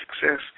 success